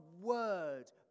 Word